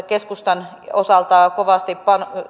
keskustan osalta kovasti